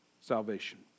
salvation